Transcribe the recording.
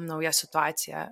nauja situacija